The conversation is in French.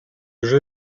jeu